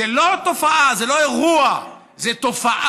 זה לא אירוע, זו תופעה,